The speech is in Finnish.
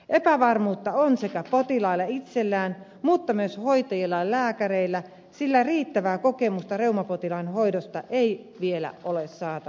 epävarmuutta on sekä potilailla itsellään että myös hoitajilla ja lääkäreillä sillä riittävää kokemusta reumapotilaan hoidosta ei vielä ole saatavilla